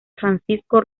francisco